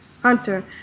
hunter